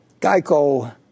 Geico